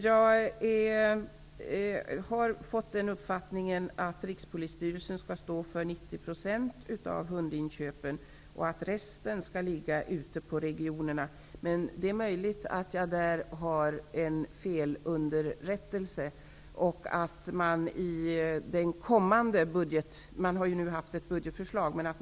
Jag har fått uppfattningen att Rikspolisstyrelsen skall stå för 90 % av hundinköpen och att resten av ansvaret ligger på regionerna. Men det är möjligt att jag är felunderrättad. Budgetförslag finns ju nu.